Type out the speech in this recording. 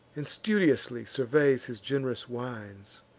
and studiously surveys his gen'rous wines